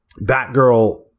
Batgirl